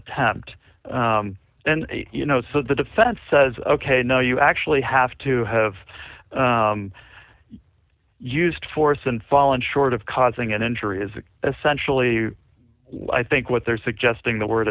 attempt and you know so the defense says ok no you actually have to have used force and fallen short of causing an injury is essentially i think what they're suggesting the word